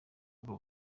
ubwo